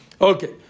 Okay